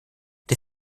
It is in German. der